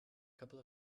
couple